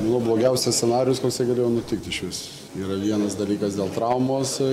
nuo blogiausio scenarijaus koksai galėjo nutikti išvis yra vienas dalykas dėl traumos o